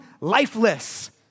lifeless